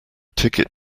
ticket